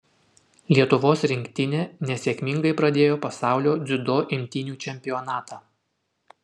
lietuvos rinktinė nesėkmingai pradėjo pasaulio dziudo imtynių čempionatą